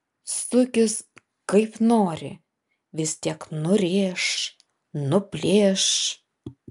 sukis kaip nori vis tiek nurėš nuplėš